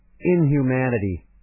inhumanity